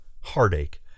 heartache